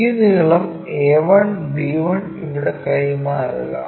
ഈ നീളം a1b1 ഇവിടെ കൈമാറുക